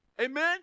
Amen